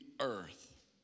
earth